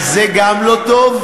אז זה גם לא טוב?